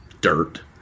dirt